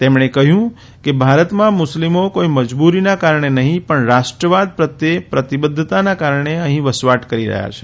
તેમણે કહ્યું કે ભારતમાં મુસ્લીમો કોઇ મજબ્રરીના કારણે નહી પણ રાષ્ટ્રવાદ પ્રત્યે પ્રતિબધ્ધતાના કારણે અહીં વસવાટ કરી રહ્યા છે